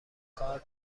کار